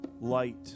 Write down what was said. light